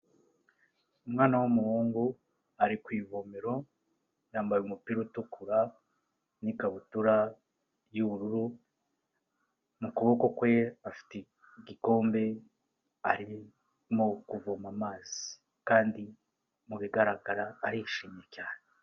Umwana w'umuhungu ari ku ivomero, yambaye umupira utukura n'ikabutura y'ubururu, mu kuboko kwe afite igikombe, arimo kuvoma amazi kandi mu bigaragara arishimye cyane.